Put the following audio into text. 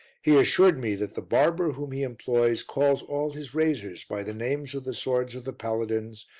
he assured me that the barber whom he employs calls all his razors by the names of the swords of the paladins,